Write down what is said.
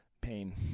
pain